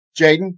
Jaden